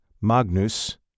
Magnus